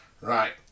Right